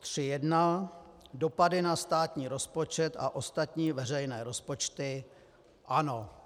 3.1. Dopady na státní rozpočet a ostatní veřejné rozpočty: Ano.